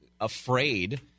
afraid